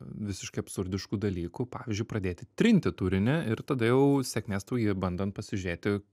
visiškai absurdiškų dalykų pavyzdžiui pradėti trinti turinį ir tada jau sėkmės tau jį bandant pasižiūrėti